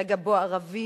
רגע שבו ערבים,